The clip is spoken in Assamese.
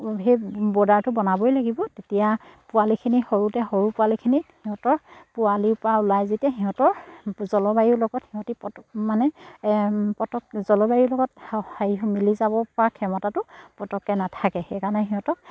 সেই বৰ্ডাৰটো বনাবই লাগিব তেতিয়া পোৱালিখিনি সৰুতে সৰু পোৱালিখিনিত সিহঁতৰ পোৱালিৰপৰা ওলাই যেতিয়া সিহঁতৰ জলবায়ুৰ লগত সিহঁতি পটকৈ মানে পটকৈ জলবায়ুৰ লগত হেৰি মিলি যাব পৰা ক্ষমতাটো পটককৈ নাথাকে সেইকাৰণে সিহঁতক